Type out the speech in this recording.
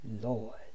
Lord